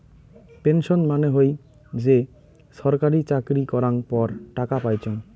pension মানে হই যে ছরকারি চাকরি করাঙ পর টাকা পাইচুঙ